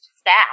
staff